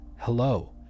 Hello